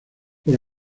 por